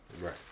Right